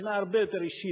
מבחינה הרבה יותר אישית,